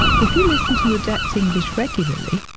if you listen to adept english regularly,